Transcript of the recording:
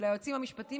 היועצים המשפטיים,